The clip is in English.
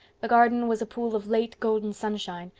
the garden was a pool of late golden sunshine,